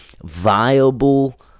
viable